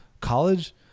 college